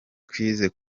twize